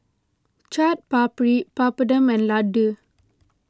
Chaat Papri Papadum and Ladoo